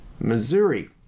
Missouri